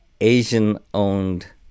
Asian-owned